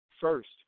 First